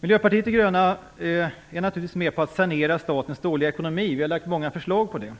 Miljöpartiet de gröna är naturligtvis med på att sanera svenska statens dåliga ekonomi. Vi har lagt fram flera förslag om det.